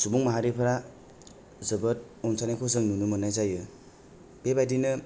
सुबुं माहारिफोरा जोबोर अनसायनायखौ जों नुनो मोन्नाय जायो बेबादिनो